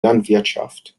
landwirtschaft